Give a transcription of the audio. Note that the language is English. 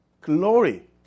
glory